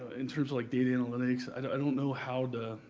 in terms of like data analytics, i don't i don't know how to